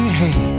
hey